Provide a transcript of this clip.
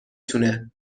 تونه